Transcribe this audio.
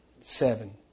Seven